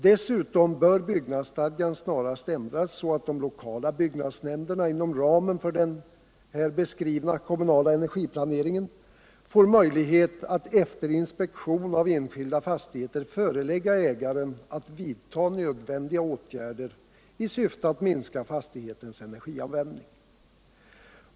Dessutom bör byggnadsstadgan snarast ändras så, att de lokala byggnadsnämnderna inom ramen för den här beskrivna kommunala energiplaneringen får möjlighet att efter inspektion av enskilda fastigheter förelägga ägaren att vidta nödvändiga åtgärder i syfte att minska fastighetens energianvändning.